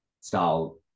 style